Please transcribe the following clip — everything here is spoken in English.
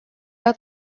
out